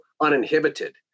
uninhibited